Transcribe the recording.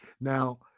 Now